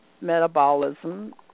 metabolism